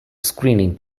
screening